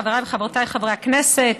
חבריי וחברותיי חברי הכנסת,